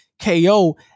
KO